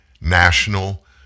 national